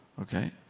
Okay